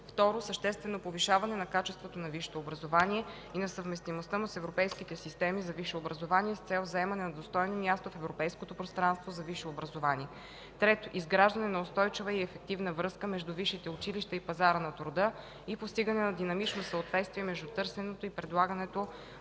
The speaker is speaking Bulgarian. г.). 2. Съществено повишаване на качеството на висшето образование и на съвместимостта му с европейските системи за висше образование с цел заемане на достойно място в Европейското пространство за висше образование. 3. Изграждане на устойчива и ефективна връзка между висшите училища и пазара на труда и постигане на динамично съответствие между търсенето и предлагането